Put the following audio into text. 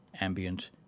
Ambient